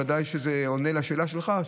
ובוודאי שזה עונה לשאלה שלך,